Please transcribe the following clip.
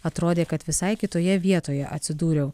atrodė kad visai kitoje vietoje atsidūriau